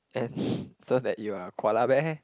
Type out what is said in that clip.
and so that you are a koala bear